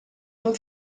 dem